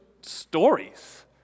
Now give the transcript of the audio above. stories